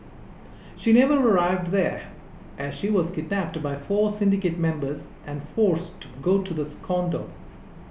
she never arrived there as she was kidnapped by four syndicate members and forced to go to the condo